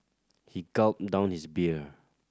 he gulped down his beer